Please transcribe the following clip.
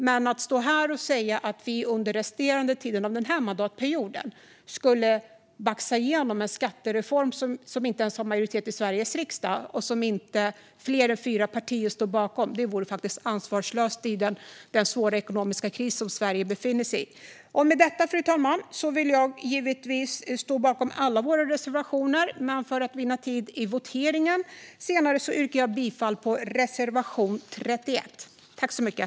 Men att stå här och säga att vi under resterande tid av denna mandatperiod ska baxa igenom en skattereform som inte ens har majoritet i Sveriges riksdag och som inte fler än fyra partier står bakom vore faktiskt ansvarslöst i den svåra ekonomiska kris som Sverige befinner sig i. Fru talman! Jag står givetvis bakom alla våra reservationer. Men för att vinna tid vid voteringen yrkar jag bifall endast till reservation 31.